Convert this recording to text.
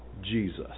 Jesus